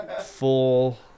full